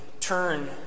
turn